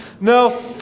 No